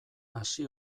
hasi